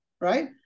right